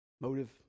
motive